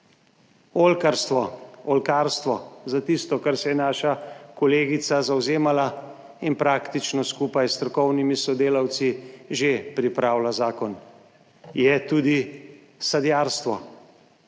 Oljkarstvo, oljkarstvo, za tisto, kar se je naša kolegica zavzemala in praktično skupaj s strokovnimi sodelavci že pripravila zakon. Je tudi sadjarstvo.